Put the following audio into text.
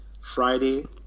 Friday